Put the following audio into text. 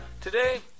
Today